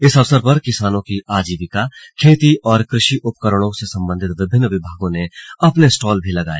इस अवसर पर किसानों की आजीविका खेती और कृषि उपकरणों से संबंधित विभिन्न विभागों ने अपने स्टॉल भी लगाए